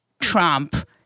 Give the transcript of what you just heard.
Trump